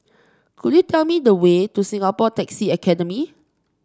could you tell me the way to Singapore Taxi Academy